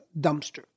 dumpster